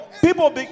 people